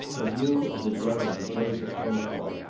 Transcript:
a view of the dwelling of joseph bonaparte,